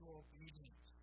obedience